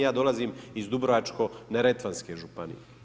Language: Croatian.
Ja dolazim iz Dubrovačko-neretvanske županije.